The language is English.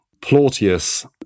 Plautius